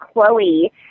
Chloe